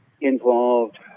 involved